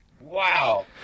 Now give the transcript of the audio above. Wow